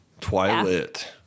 Twilight